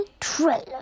trailer